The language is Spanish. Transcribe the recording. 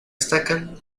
destacan